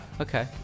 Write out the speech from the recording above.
Okay